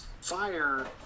fire